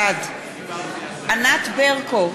בעד ענת ברקו,